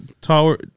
tower